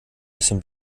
bisschen